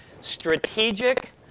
strategic